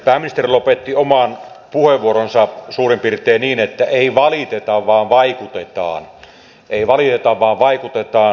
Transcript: pääministeri lopetti oman puheenvuoronsa suurin piirtein niin että ei valiteta vaan vaikutetaan ei valiteta vaan vaikutetaan